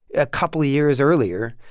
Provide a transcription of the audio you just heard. a couple years earlier,